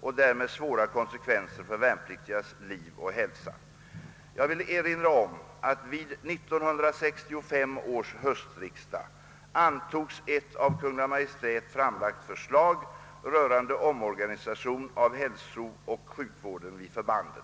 och därmed svåra konsekvenser för värnpliktigas liv och hälsa. Jag vill erinra om att vid 1965 års höstriksdag antogs ett av Kungl. Maj:t framlagt förslag rörande omorganisation av hälsooch sjukvården vid förbanden.